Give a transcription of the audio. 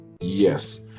Yes